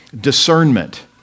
Discernment